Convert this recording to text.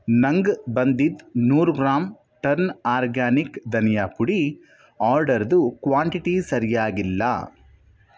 ನಂಗೆ ಬಂದಿದ್ದ ನೂರು ಗ್ರಾಮ್ ಟರ್ನ್ ಆರ್ಗ್ಯಾನಿಕ್ ಧನಿಯಾ ಪುಡಿ ಆರ್ಡರ್ದು ಕ್ವಾಂಟಿಟಿ ಸರಿಯಾಗಿಲ್ಲ